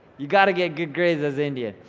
you gotta get good grades as indian,